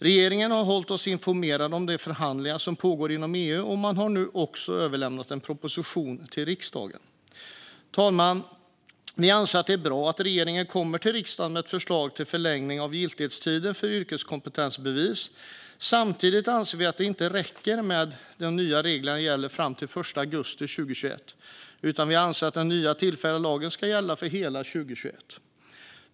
Regeringen har hållit oss informerade om de förhandlingar som pågår inom EU, och man har nu också överlämnat en proposition till riksdagen. Herr talman! Vi anser att det är bra att regeringen kommer till riksdagen med ett förslag till förlängning av giltighetstiden för yrkeskompetensbevis. Samtidigt anser vi att det inte räcker att de nya reglerna gäller fram till den 1 augusti 2021. Vi anser i stället att den nya, tillfälliga lagen ska gälla hela 2021.